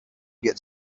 get